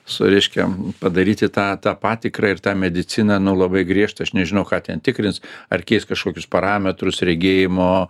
su reiškia padaryti tą tą patikrą ir tą mediciną nu labai griežtą aš nežinau ką ten tikrins ar keis kažkokius parametrus regėjimo